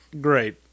Great